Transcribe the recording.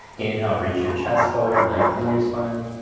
inhale reach your chest forward, lengthening your spine.